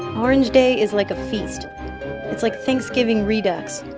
orange day is like a feast it's like thanksgiving redux.